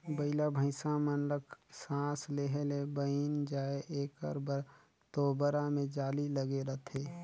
बइला भइसा मन ल सास लेहे ले बइन जाय एकर बर तोबरा मे जाली लगे रहथे